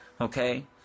Okay